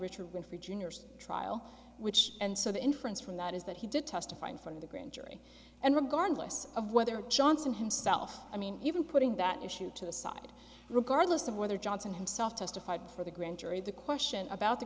richard went for junior's trial which and so the inference from that is that he did testify in front of the grand jury and regardless of whether johnson himself i mean even putting that issue to the side regardless of whether johnson himself testified for the grand jury the question about the